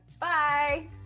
Bye